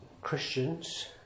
Christians